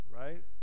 right